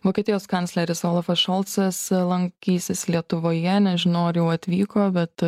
vokietijos kancleris olafas šolcas lankysis lietuvoje nežinau ar jau atvyko bet